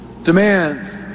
Demands